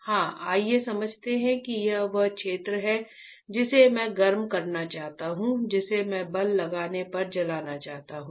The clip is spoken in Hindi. हाँ आइए समझते हैं कि यह वह क्षेत्र है जिसे मैं गर्म करना चाहता हूँ जिसे मैं बल लगाने पर जलाना चाहता हूँ